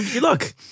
Look